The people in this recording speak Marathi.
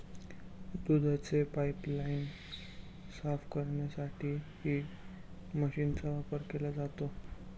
दुधाची पाइपलाइन साफ करण्यासाठीही मशीनचा वापर केला जातो